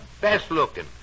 best-looking